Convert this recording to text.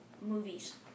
movies